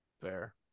Fair